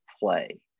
play